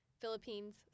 Philippines